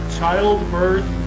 childbirth